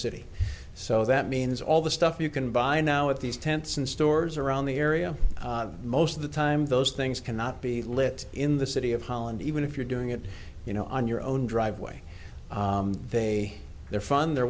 city so that means all the stuff you can buy now at these tents and stores around the area most of the time those things cannot be lit in the city of holland even if you're doing it you know on your own driveway they they're fun they're